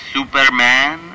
Superman